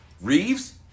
Reeves